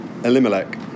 Elimelech